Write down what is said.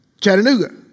Chattanooga